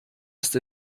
ist